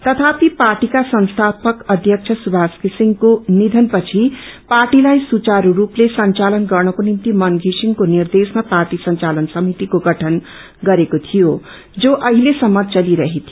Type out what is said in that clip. तथापी पार्टीका संस्थापक अध्यक्ष सुभाष षिसिङको निधन पछि पार्टीलाई सुचारू रूपले संचालन गर्नको निम्ति मन विसिङको निर्देशमा पार्टी संचालन समितिको गठन गरेको थियो जो अहिलेसम्म चलिरहेको थियो